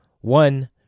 one